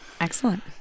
excellent